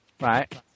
right